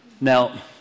Now